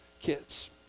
kids